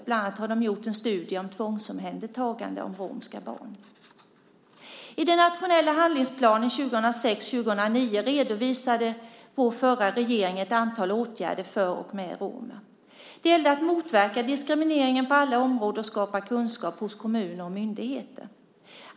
Bland annat har de gjort en studie om tvångsomhändertagande av romska barn. I den nationella handlingsplanen för 2006-2009 redovisade vår förra regering ett antal åtgärder för och med romer. Det gäller att motverka diskrimineringen på alla områden och skapa kunskap hos kommuner och myndigheter.